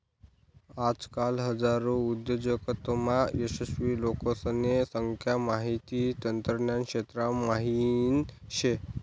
आजकाल हजारो उद्योजकतामा यशस्वी लोकेसने संख्या माहिती तंत्रज्ञान क्षेत्रा म्हाईन शे